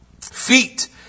feet